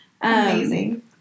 Amazing